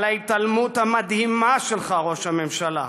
על ההתעלמות המדהימה שלך, ראש הממשלה,